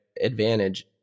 advantage